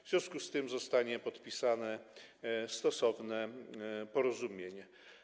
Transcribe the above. W związku z tym zostanie podpisane stosowne porozumienie.